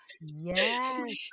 yes